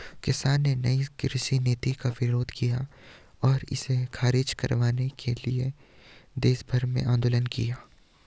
किसानों ने नयी कृषि नीति का विरोध किया और इसे ख़ारिज करवाने के लिए देशभर में आन्दोलन किया